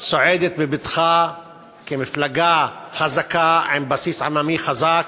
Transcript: צועדת בבטחה כמפלגה חזקה, עם בסיס עממי חזק,